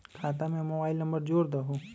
खाता में mobile number जोड़ दहु?